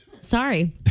Sorry